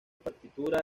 partitura